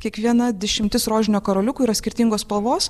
kiekviena dešimtis rožinio karoliukų yra skirtingos spalvos